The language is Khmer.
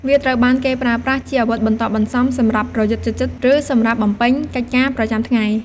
វាត្រូវបានគេប្រើប្រាស់ជាអាវុធបន្ទាប់បន្សំសម្រាប់ប្រយុទ្ធជិតៗ ឬសម្រាប់បំពេញកិច្ចការប្រចាំថ្ងៃ។